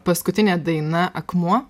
paskutinė daina akmuo